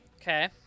Okay